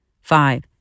Five